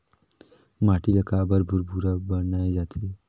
माटी ला काबर भुरभुरा बनाय जाथे?